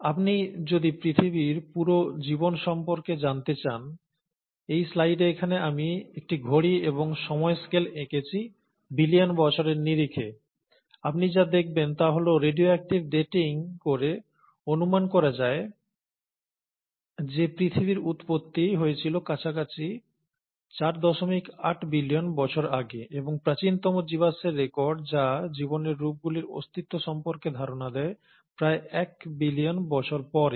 আপনি যদি পৃথিবীর পুরো জীবন সম্পর্কে জানতে চান এই স্লাইডে এখানে আমি একটি ঘড়ি এবং সময় স্কেল এঁকেছি বিলিয়ন বছরের নিরিখে আপনি যা দেখবেন তা হল রেডিও অ্যাক্টিভ ডেটিং করে অনুমান করা যায় যে পৃথিবীর উৎপত্তি হয়েছিল কাছাকাছি 48 বিলিয়ন বছর আগে এবং প্রাচীনতম জীবাশ্মের রেকর্ড যা জীবনের রূপগুলির অস্তিত্ব সম্পর্কে ধারণা দেয় প্রায় এক বিলিয়ন বছর পরে